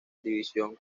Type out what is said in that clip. división